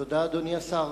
תודה, אדוני השר.